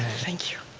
thank you!